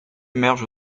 émerge